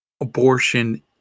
Abortion